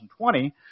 2020